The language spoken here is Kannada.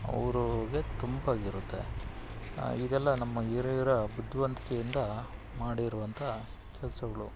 ಅವ್ರಿಗೆ ತಂಪಾಗಿರುತ್ತೆ ಇದೆಲ್ಲ ನಮ್ಮ ಹಿರಿಯರ ಬುದ್ಧಿವಂತಿಕೆಯಿಂದ ಮಾಡಿರುವಂತಹ ಕೆಲಸಗಳು